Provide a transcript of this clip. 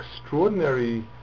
extraordinary